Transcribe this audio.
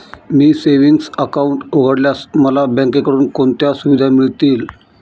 मी savings account उघडल्यास मला बँकेकडून कोणत्या सुविधा मिळतील?